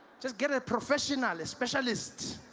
just get a professional, a specialist.